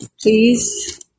Please